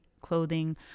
clothing